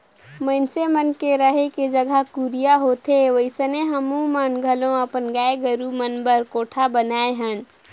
मइनसे मन के रहें के जघा कुरिया होथे ओइसने हमुमन घलो अपन गाय गोरु मन बर कोठा बनाये हन